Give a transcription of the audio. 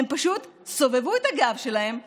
הם פשוט סובבו את הגב שלהם והלכו,